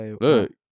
Look